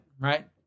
right